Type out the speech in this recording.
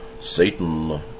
Satan